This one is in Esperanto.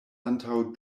antaŭ